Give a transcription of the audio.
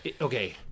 Okay